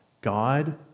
God